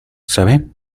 sabe